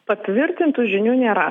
patvirtintų žinių nėra